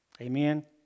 Amen